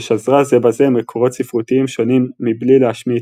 ששזרה זה בזה מקורות ספרותיים שונים מבלי להשמיט,